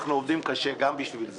אנחנו עובדים קשה גם בשביל זה.